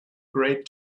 great